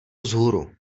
vzhůru